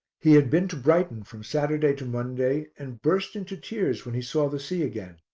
he had been to brighton from saturday to monday and burst into tears when he saw the sea again.